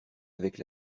avec